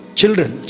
Children